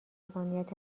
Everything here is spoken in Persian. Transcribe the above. عصبانیت